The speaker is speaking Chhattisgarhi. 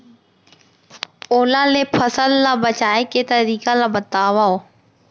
ओला ले फसल ला बचाए के तरीका ला बतावव?